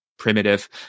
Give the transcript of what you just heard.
primitive